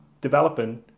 developing